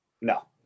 No